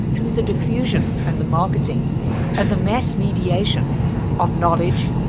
through the diffusion and the marketing and the mass mediation of knowledge,